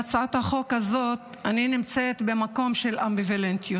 בהצעת החוק הזו אני נמצאת במקום של אמביוולנטיות.